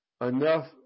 enough